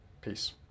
peace